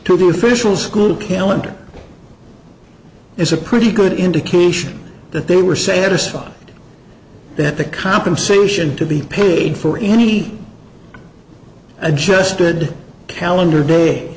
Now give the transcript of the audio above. will school calendar is a pretty good indication that they were satisfied that the compensation to be paid for any adjusted calendar day